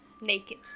naked